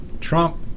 Trump